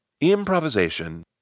Improvisation